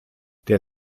der